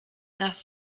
nach